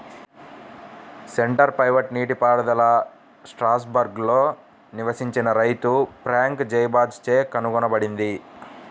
centre pivot నీటిపారుదల స్ట్రాస్బర్గ్లో నివసించిన రైతు ఫ్రాంక్ జైబాచ్ చే కనుగొనబడింది